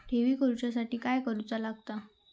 ठेवी करूच्या साठी काय करूचा लागता?